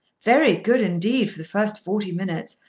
very good, indeed, for the first forty minutes.